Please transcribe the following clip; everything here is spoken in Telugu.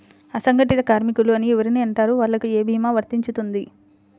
అసంగటిత కార్మికులు అని ఎవరిని అంటారు? వాళ్లకు ఏ భీమా వర్తించుతుంది?